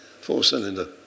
four-cylinder